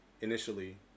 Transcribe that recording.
initially